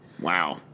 Wow